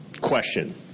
question